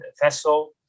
vessel